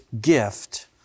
gift